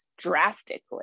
drastically